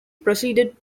proceeded